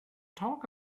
talk